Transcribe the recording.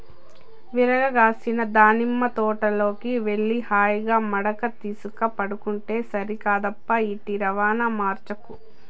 విరగ కాసిన దానిమ్మ తోటలోకి వెళ్లి హాయిగా మడక తీసుక పండుకుంటే సరికాదప్పా ఈటి రవాణా మార్చకు